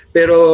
Pero